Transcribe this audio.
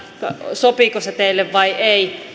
sopiiko se teille vai ei